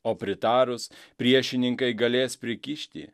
o pritarus priešininkai galės prikišti